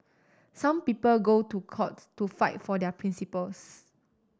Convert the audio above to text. some people go to court to fight for their principles